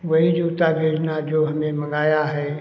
वही जूता भेजना जो हमें मँगाया है